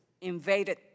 invaded